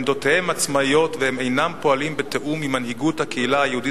עמדותיהם עצמאיות והם אינם פועלים בתיאום עם מנהיגות הקהילה היהודית